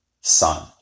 son